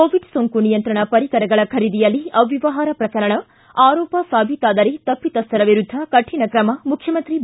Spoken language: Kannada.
ಕೋವಿಡ್ ಸೋಂಕು ನಿಯಂತ್ರಣ ಪರಿಕರಗಳ ಖರೀದಿಯಲ್ಲಿ ಅವ್ಯವಹಾರ ಪ್ರಕರಣ ಆರೋಪ ಸಾಬೀತಾದರೆ ತಪ್ಪಿತಸ್ಥರ ವಿರುದ್ಧ ಕಠಿಣ ಕ್ರಮ ಮುಖ್ಯಮಂತ್ರಿ ಬಿ